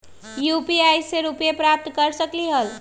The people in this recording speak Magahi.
यू.पी.आई से रुपए प्राप्त कर सकलीहल?